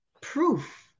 proof